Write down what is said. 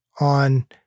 on